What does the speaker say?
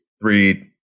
three